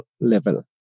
level